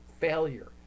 failure